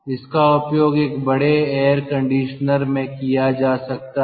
इसका उपयोग एक बड़े एयर कंडीशनर में किया जा सकता है